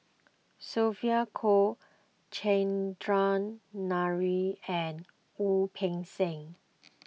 Sylvia Kho Chandran Nair and Wu Peng Seng